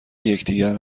یکدیگر